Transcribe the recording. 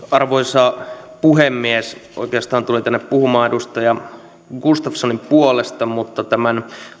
arvoisa puhemies oikeastaan tulin tänne puhumaan edustaja gustafssonin puolesta mutta tämän